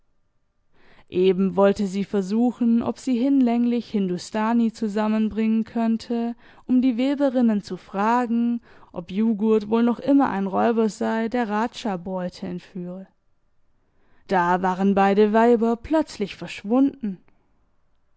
eben wollte sie versuchen ob sie hinlänglich hindustani zusammenbringen könnte um die weberinnen zu fragen ob juggurt wohl noch immer ein räuber sei der rajabräute entführe da waren beide weiber plötzlich verschwunden